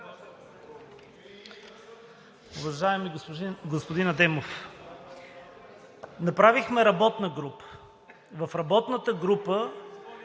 Уважаеми господин Адемов, направихме работна група. В работната група,